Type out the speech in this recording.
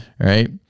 right